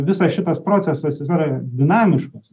visas šitas procesas jis yra dinamiškas